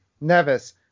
Nevis